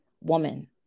woman